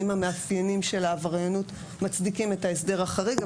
האם מאפייני העבריינות מצדיקים את ההסדר החריג.